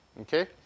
Okay